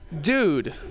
Dude